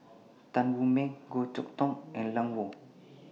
Tan Wu Meng Goh Chok Tong and Lan Woo